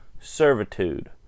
Servitude